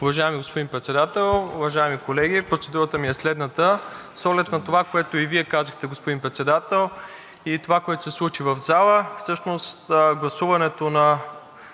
Уважаеми господин Председател, уважаеми колеги! Процедурата ми е следната. С оглед на това, което и казахте, господин Председател, и това, което се случи в зала, всъщност гласуването на